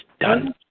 done